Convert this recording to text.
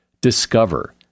Discover